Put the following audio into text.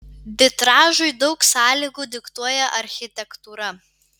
vitražui daug sąlygų diktuoja architektūra